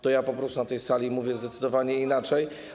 To ja po prostu na tej sali mówię zdecydowanie inaczej.